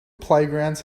playgrounds